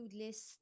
list